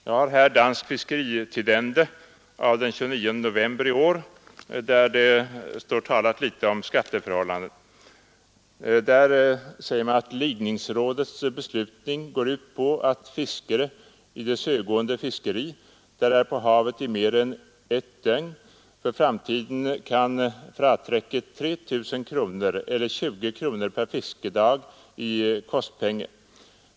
Jag har i min hand Dansk Fiskeritidende av den 29 november i år, där det anförs litet om skatteförhållanden. Där heter det: der er på havet i mere end et dogn, for fremtiden kan fratraekke 3 000 kroner eller 20 kroner pr. fiskedag i kostpenge.